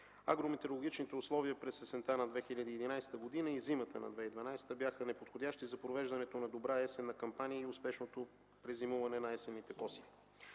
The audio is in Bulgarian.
Агрометеорологичните условия през есента на 2011 г. и зимата на 2012 г. бяха неподходящи за провеждането на добра есенна кампания и успешното презимуване на есенните посеви.